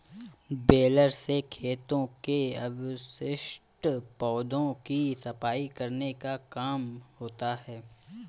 baler से खेतों के अवशिष्ट पौधों की सफाई करने का काम होता है